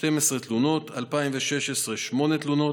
12 תלונות, 2016, שמונה תלונות,